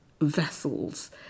vessels